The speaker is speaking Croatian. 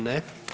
Ne.